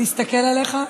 להסתכל עליך?